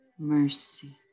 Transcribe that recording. Mercy